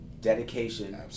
dedication